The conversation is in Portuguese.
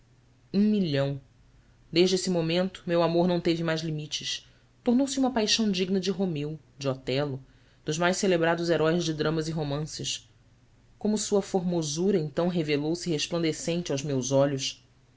um milhão desde esse momento meu amor não teve mais limites tornou-se uma paixão digna de romeu de otelo dos mais celebrados heróis de dramas e romances como sua formosura então revelou-se resplandecente aos meus olhos